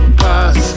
pass